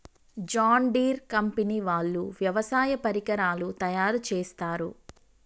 John Deere company వాళ్ళు వ్యవసాయ పరికరాలు తయారుచేస్తారు